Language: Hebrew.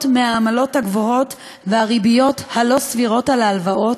מהעמלות הגבוהות ומהריביות הלא-סבירות על ההלוואות?